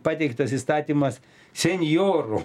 pateiktas įstatymas senjorų